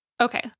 Okay